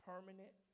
Permanent